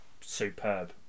superb